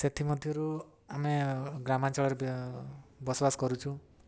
ସେଥିମଧ୍ୟରୁ ଆମେ ଗ୍ରାମାଞ୍ଚଳରେ ବସବାସ କରୁଛୁ